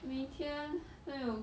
明天都有